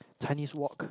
Chinese Wok